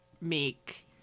make